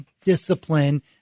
discipline